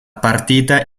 partita